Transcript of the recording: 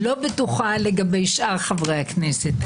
לא בטוחה לגבי שאר חברי הכנסת.